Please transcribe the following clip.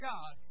God